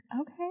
Okay